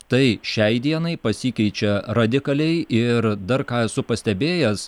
tai šiai dienai pasikeičia radikaliai ir dar ką esu pastebėjęs